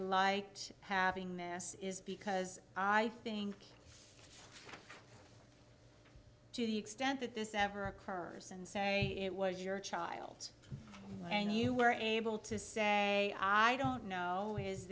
like having this is because i think to the extent that this ever occurs and it was your child and you were able to say i don't know his